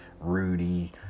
Rudy